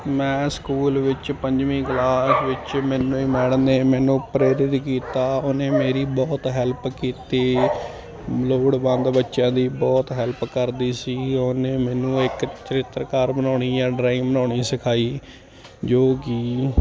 ਮੈਂ ਸਕੂਲ ਵਿੱਚ ਪੰਜਵੀਂ ਕਲਾਸ ਵਿੱਚ ਮੈਨੂੰ ਹੀ ਮੈਡਮ ਨੇ ਮੈਨੂੰ ਪ੍ਰੇਰਿਤ ਕੀਤਾ ਉਹਨੇ ਮੇਰੀ ਬਹੁਤ ਹੈਲਪ ਕੀਤੀ ਲੋੜਵੰਦ ਬੱਚਿਆਂ ਦੀ ਬਹੁਤ ਹੈਲਪ ਕਰਦੀ ਸੀ ਉਹਨੇ ਮੈਨੂੰ ਇੱਕ ਚਰਿੱਤਰਕਾਰ ਬਣਾਉਣੀ ਜਾਂ ਡਰਾਇੰਗ ਬਣਾਉਣੀ ਸਿਖਾਈ ਜੋ ਕਿ